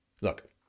Look